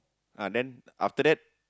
ah then after that